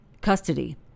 custody